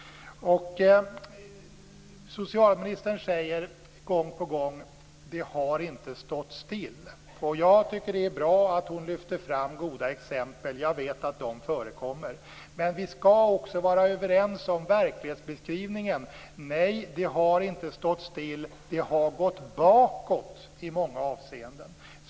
Socialministern säger gång på gång att det inte har stått still. Jag tycker att det är bra att hon lyfter fram goda exempel, och jag vet att de finns. Men vi skall också vara överens om verklighetsbeskrivningen: Nej, det har inte stått still, utan det har gått bakåt i många avseenden.